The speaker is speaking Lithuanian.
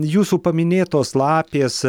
jūsų paminėtos lapės